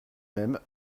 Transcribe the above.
même